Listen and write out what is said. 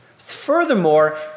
Furthermore